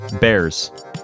Bears